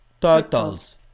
turtles